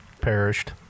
Perished